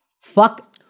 Fuck